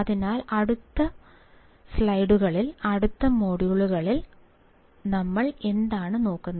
അതിനാൽ അടുത്ത സ്ലൈഡുകളിൽ അടുത്ത മൊഡ്യൂളുകളിൽ ഞങ്ങൾ എന്താണ് നോക്കുന്നത്